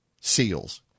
SEALs